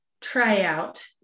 tryout